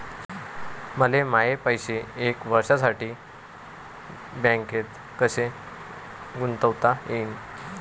मले माये पैसे एक वर्षासाठी बँकेत कसे गुंतवता येईन?